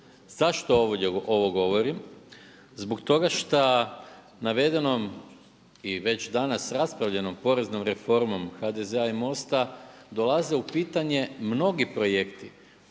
Zašto ovo govorim? Zbog toga šta navedenom i već danas raspravljenom poreznom reformom HDZ-a i MOST-a dolaze u pitanje mnogi projekti